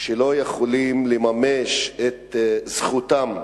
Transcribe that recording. לא יכולים לממש את זכותם,